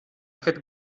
fet